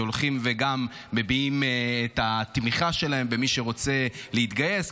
שהולכים וגם מביעים את התמיכה שלהם במי שרוצה להתגייס,